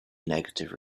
negative